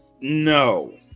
No